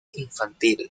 infantil